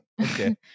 okay